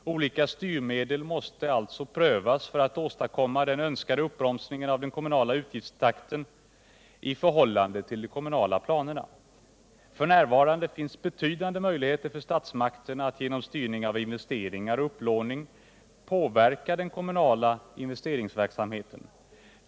Olika styrmedel måste alltså prövas för att åstadkomma den önskade uppbromsningen av den kommunala utgiftstakten i förhållande till de kommunala planerna. F. n. finns betydande möjligheter för statsmakterna att genom styrning av investeringar och upplåning påverka den kommunala investeringsverksamheten.